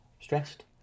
Stressed